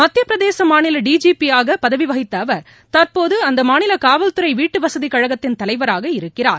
மத்திய பிரதேச மாநில டிஜிபியாக பதவி வகித்த அவா் தற்போது அந்த மாநில காவல்துறை வீட்டுவசதி கழகத்தின் தலைவராக இருக்கிறார்